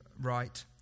right